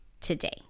today